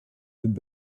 sind